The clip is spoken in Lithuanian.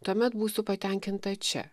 tuomet būsiu patenkinta čia